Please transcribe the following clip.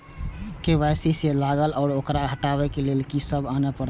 KYC जे लागल छै ओकरा हटाबै के लैल की सब आने परतै?